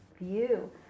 view